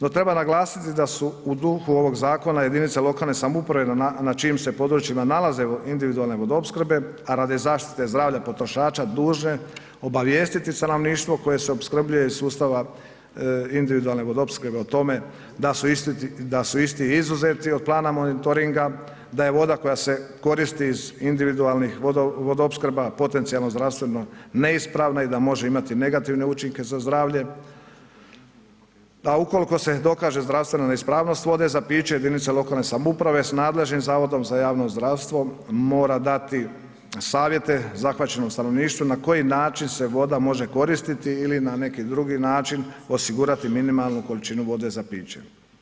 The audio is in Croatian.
No treba naglasiti da su u duhu ovog zakona jedinice lokalne samouprave na čijim se područjima nalaze individualne vodoopskrbe, a radi zaštite zdravlja potrošača dužne obavijestiti stanovništvo koje se opskrbljuje iz sustava individualne vodoopskrbe o tome da su isti izuzeti od plana monitoringa, da je voda koja se koristi iz individualnih vodoopskrba potencijalno zdravstveno neispravna i da može imati negativne učinke za zdravlje, a ukoliko se dokaže zdravstvena neispravnost vode za piće jedinice lokalne samouprave s nadležnim zavodom za javno zdravstvo mora dati savjete zahvaćenog stanovništva na koji način se voda može koristiti ili na neki drugi način osigurati minimalnu količinu vode za piće.